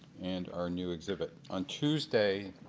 and our new exhibit. on tuesday,